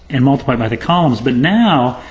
and multiply by the columns. but now,